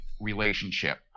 relationship